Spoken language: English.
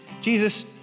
Jesus